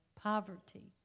poverty